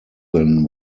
than